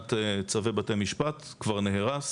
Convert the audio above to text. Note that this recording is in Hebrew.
מבחינת צווי בתי משפט כבר נהרס.